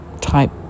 type